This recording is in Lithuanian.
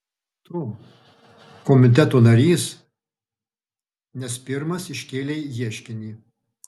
tu komiteto narys nes pirmas iškėlei ieškinį